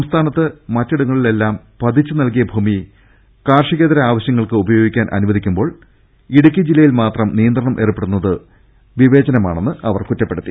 സംസ്ഥാനത്ത് മറ്റിടങ്ങളിലെല്ലാം പതിച്ചു നൽകിയ ഭൂമി മറ്റാവശ്യങ്ങൾക്ക് ഉപയോഗിക്കാൻ അനുവദിക്കുമ്പോൾ ഇടുക്കിയിൽ മാത്രം നിയന്ത്രണം ഏർപ്പെ ടുത്തുന്നത് വിവേചനമാണെന്ന് അവർ കുറ്റപ്പെടുത്തി